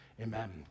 Amen